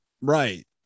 Right